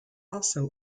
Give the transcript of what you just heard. also